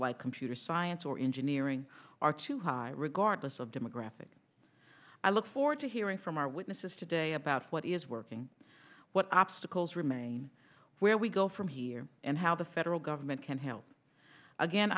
like computer science or engineering are too high regardless of demographics i look forward to hearing from our witnesses today about what is working what obstacles remain where we go from here and how the federal government can help again